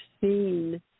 seen